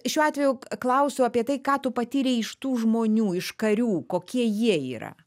šiuo atveju klausiu apie tai ką tu patyrei iš tų žmonių iš karių kokie jie yra